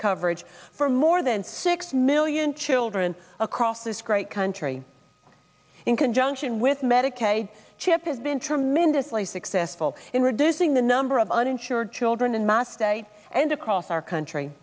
coverage for more than six million children across this great country in conjunction with medicaid chip has been tremendously successful in reducing the number of uninsured children in mass state and across our country